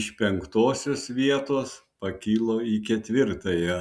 iš penktosios vietos pakilo į ketvirtąją